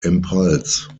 impulse